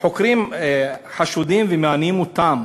חוקרים חשודים ומענים אותם